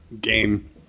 game